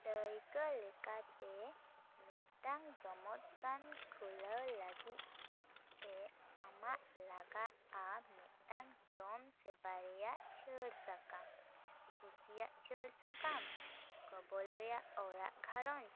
ᱫᱟᱹᱭᱠᱟᱹ ᱞᱮᱠᱟᱛᱮ ᱢᱤᱫᱴᱟᱝ ᱡᱚᱢ ᱫᱚᱠᱟᱱ ᱠᱷᱩᱞᱟᱹᱣ ᱞᱟᱹᱜᱤᱫ ᱛᱮ ᱟᱢᱟᱜ ᱞᱟᱜᱟᱜᱼᱟ ᱢᱤᱫᱴᱟᱝ ᱡᱚᱢ ᱥᱮᱵᱟ ᱨᱮᱱᱟᱜ ᱪᱷᱟᱹᱲ ᱥᱟᱠᱟᱢ ᱠᱩᱥᱤᱭᱟᱜ ᱪᱷᱟᱹᱲ ᱥᱟᱠᱟᱢ ᱜᱚᱵᱚᱞ ᱨᱮᱱᱟᱜ ᱚᱲᱟᱜ ᱜᱷᱟᱨᱚᱧᱡᱽ